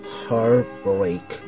heartbreak